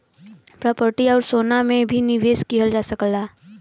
property आउर सोना में भी निवेश किहल जा सकला